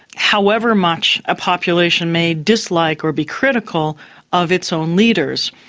however much a population may dislike or be critical of its own leaders,